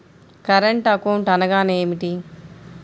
Current account అనగా ఏమిటి?